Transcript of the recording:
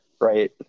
Right